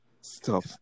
Stop